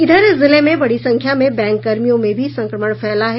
इधर जिले में बड़ी संख्या में बैंककर्मियों में भी संक्रमण फैला है